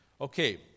Okay